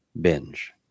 binge